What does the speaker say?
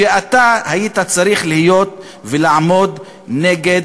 שאתה היית צריך לעמוד נגד